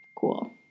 cool